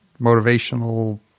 motivational